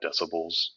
decibels